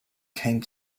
came